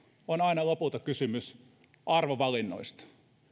on aina lopulta kysymys arvovalinnoista